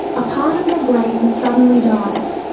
a part of your brain suddenly dies,